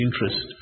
interest